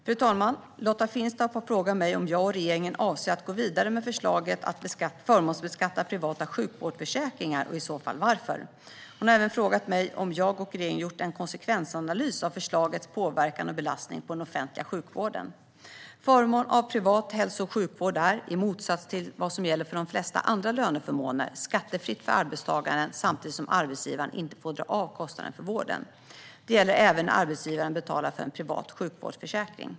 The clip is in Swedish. Fru talman! Lotta Finstorp har frågat mig om jag och regeringen avser att gå vidare med förslaget att förmånsbeskatta privata sjukvårdsförsäkringar och i så fall varför. Hon har även frågat mig om jag och regeringen har gjort en konsekvensanalys av förslagets påverkan och belastning på den offentliga sjukvården. Förmån av privat hälso och sjukvård är, i motsats till vad som gäller för de flesta andra löneförmåner, skattefritt för arbetstagaren samtidigt som arbetsgivaren inte får dra av kostnaden för vården. Det gäller även när arbetsgivaren betalar för en privat sjukvårdsförsäkring.